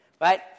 Right